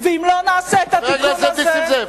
ואם לא נעשה את התיקון הזה,